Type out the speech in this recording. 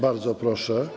Bardzo proszę.